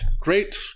Great